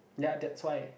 ya that's why